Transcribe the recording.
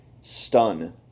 stun